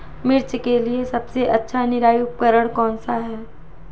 मिर्च के लिए सबसे अच्छा निराई उपकरण कौनसा है?